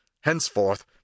Henceforth